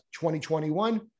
2021